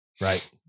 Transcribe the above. Right